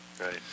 right